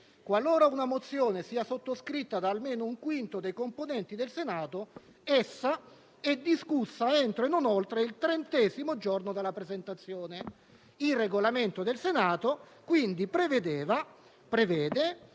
«Qualora una mozione sia sottoscritta da almeno un quinto dei componenti del Senato, essa è discussa entro e non oltre il trentesimo giorno della presentazione». Pertanto il Regolamento del Senato prevede